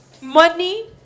Money